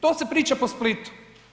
To se priča po Splitu.